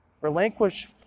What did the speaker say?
relinquish